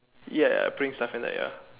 ya bring stuff and like ya